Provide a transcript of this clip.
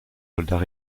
soldats